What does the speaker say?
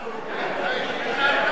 אותנו.